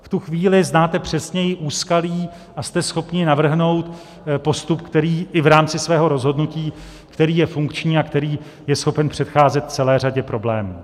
V tu chvíli znáte přesněji úskalí a jste schopni navrhnout postup, i v rámci svého rozhodnutí, který je funkční a který je schopen předcházet celé řadě problémů.